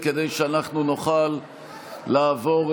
אתה הולך הביתה.